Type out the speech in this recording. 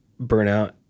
burnout